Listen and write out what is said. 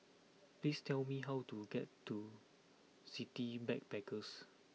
please tell me how to get to City Backpackers